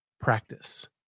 practice